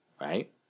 Right